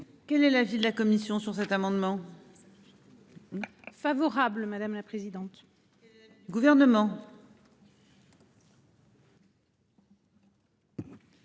Quel est l'avis de la commission sur cet amendement. Favorable. Madame la présidente. Gouvernement.